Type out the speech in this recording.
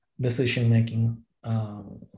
decision-making